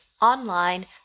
online